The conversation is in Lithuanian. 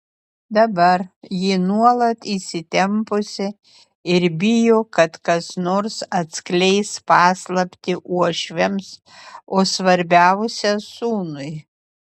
dabar ji nuolat įsitempusi ir bijo kad kas nors atskleis paslaptį uošviams o svarbiausia sūnui